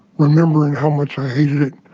remembering how much i hated it,